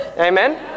Amen